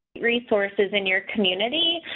resources in your community